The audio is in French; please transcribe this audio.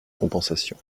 compensation